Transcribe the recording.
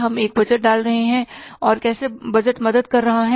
हम एक बजट डाल रहे हैं और कैसे बजट मदद कर रहा है